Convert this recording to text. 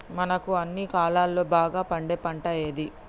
మనకు అన్ని కాలాల్లో బాగా పండే పంట ఏది?